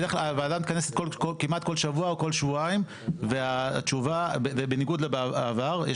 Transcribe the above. הוועדה מתכנסת כמעט כל שבוע או כל שבועיים ובניגוד לעבר,